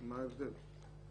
מה ההבדל?